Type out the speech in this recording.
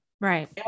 Right